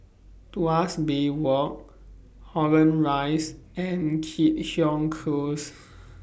Tuas Bay Walk Holland Rise and Keat Hong Close